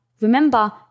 remember